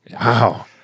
Wow